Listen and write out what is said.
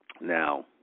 now